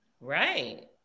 Right